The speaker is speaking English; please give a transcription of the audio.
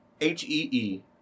H-E-E